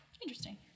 Interesting